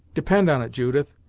depend on it, judith,